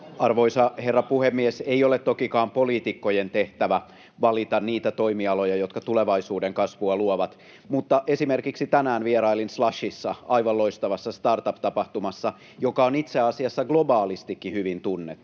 Arvoisa herra puhemies! Ei ole tokikaan poliitikkojen tehtävä valita niitä toimialoja, jotka tulevaisuuden kasvua luovat, mutta esimerkiksi tänään vierailin Slushissa, aivan loistavassa startup-tapahtumassa, joka on itse asiassa globaalistikin hyvin tunnettu.